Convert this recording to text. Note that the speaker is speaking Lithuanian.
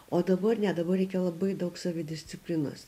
o dabar ne dabar reikia labai daug savidisciplinos